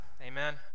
Amen